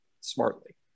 smartly